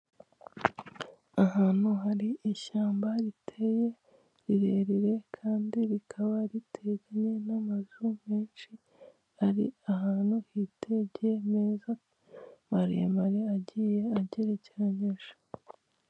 Ahantu hari ishyamba riteye rirerire kandi rikaba riteganye n'amazu menshi ari ahantu hitegeye neza maremare agiye agerekerenyije.